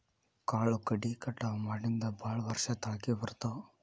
ಕಾಳು ಕಡಿ ಕಟಾವ ಮಾಡಿಂದ ಭಾಳ ವರ್ಷ ತಾಳಕಿ ಬರ್ತಾವ